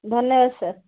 ଧନ୍ୟବାଦ ସାର୍